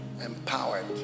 empowered